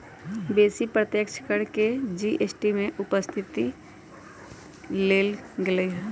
बेशी अप्रत्यक्ष कर के जी.एस.टी में उपस्थित क लेल गेलइ ह्